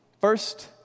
First